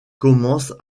commence